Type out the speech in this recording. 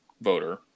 voter